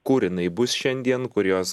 kur jinai bus šiandien kur jos